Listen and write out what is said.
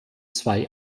zwei